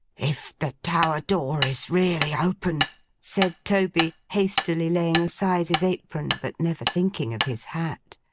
if the tower-door is really open said toby, hastily laying aside his apron, but never thinking of his hat,